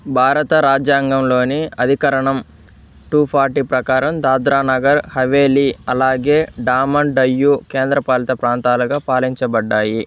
భారత రాజ్యాంగంలోని అధికరణం టు ఫార్టి ప్రకారం దాద్రా నగర్ హవేలీ అలాగే డామన్ డయ్యు కేంద్ర పాలిత ప్రాంతాలుగా పాలించబడ్డాయి